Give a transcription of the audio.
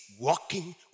walking